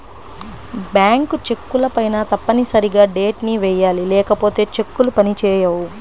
bank చెక్కులపైన తప్పనిసరిగా date ని వెయ్యాలి లేకపోతే చెక్కులు పని చేయవు